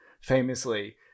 famously